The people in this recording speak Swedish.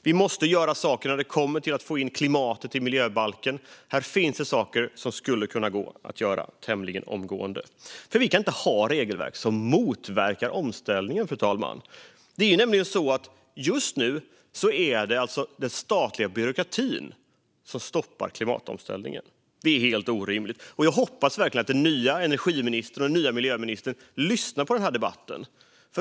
Vi måste göra saker för att få in klimatet i miljöbalken. Här finns det saker som skulle kunna gå att göra tämligen omgående. Vi kan inte ha regelverk som motverkar omställningen, fru talman. Just nu är det nämligen den statliga byråkratin som stoppar klimatomställningen. Det är helt orimligt, och jag hoppas verkligen att den nya energiministern och den nya miljöministern lyssnar på den här debatten.